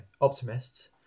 optimists